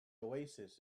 oasis